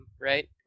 right